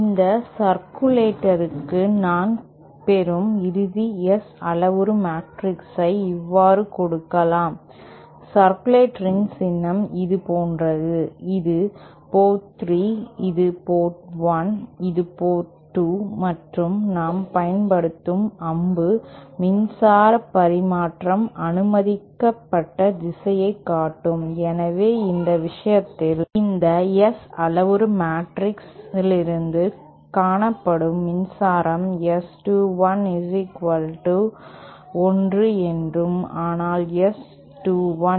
இந்த சர்க்குலேட்டரக்கு நான் பெறும் இறுதி S அளவுரு மேட்ரிக்ஸை இவ்வாறு கொடுக்கலாம் சர்க்குலேட்டரின் சின்னம் இது போன்றது இது போர்ட் 3 இது போர்ட் 1 இது போர்ட் 2 மற்றும் நாம் பயன்படுத்தும் அம்பு மின்சார பரிமாற்றம் அனுமதிக்கப்பட்ட திசையை காட்டும் எனவே இந்த விஷயத்தில் இந்த S அளவுரு மேட்ரிக்ஸ் இலிருந்து காணப்படும் மின்சாரம் S 21 1 என்றும் ஆனால் S 21 0 என்றாகும்